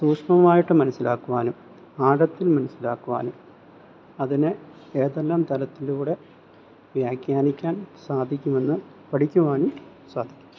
സൂക്ഷ്മമായിട്ട് മനസ്സിലാക്കുവാനും ആഴത്തിൽ മനസ്സിലാക്കുവാനും അതിനെ ഏതെല്ലാം തലത്തിലൂടെ വ്യാഖ്യാനിക്കാൻ സാധിക്കുമെന്ന് പഠിക്കുവാനും സാധിക്കുന്നു